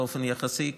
באופן יחסי,